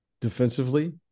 defensively